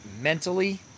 mentally